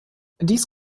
dies